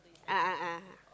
a'ah a'ah